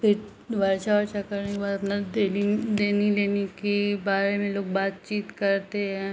फिर बरईछा ओरीछा करने के बाद अपना देली देनी लेनी की बारे में लोग बातचीत करते हैं